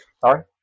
Sorry